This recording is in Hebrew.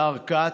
השר כץ,